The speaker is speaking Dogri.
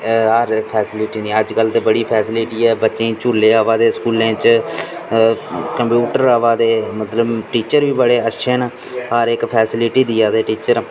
हर फैसलिटी नीं अज्ज कल्ल ते बड़ी फैसलिटी ऐ बच्चें झूले आवा दे कम्पयूटर आवा दे मतलव टीचर बी बड़े अच्छे न हर इक फैसलिटी देआ दे टीचर